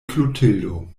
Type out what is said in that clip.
klotildo